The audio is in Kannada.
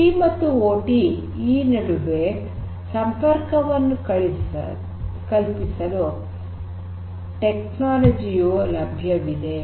ಐಟಿ ಮತ್ತು ಓಟಿ ಈ ನಡುವೆ ಸಂಪರ್ಕವನ್ನು ಕಲ್ಪಿಸಲು ಟೆಕ್ನಾಲಜಿ ಯು ಲಭ್ಯವಿದೆ